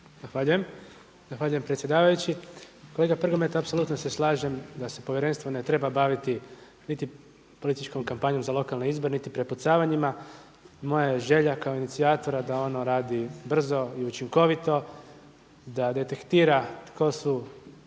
Zahvaljujem, zahvaljujem predsjedavajući. Kolega Prgomet, apsolutno se slažem da se povjerenstvo ne treba baviti niti političkom kampanjom za lokalne izbore niti prepucavanjima. Moja je želja kao inicijatora da ono radi brzo i učinkovito, da detektira tko su